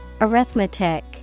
Arithmetic